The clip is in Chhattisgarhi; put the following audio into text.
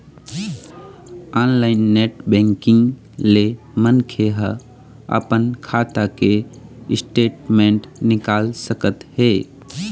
ऑनलाईन नेट बैंकिंग ले मनखे ह अपन खाता के स्टेटमेंट निकाल सकत हे